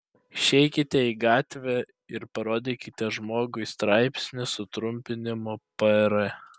išeikite į gatvę ir parodykite žmogui straipsnį su trumpiniu pr